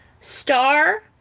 Star